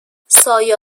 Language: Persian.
سایه